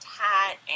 hat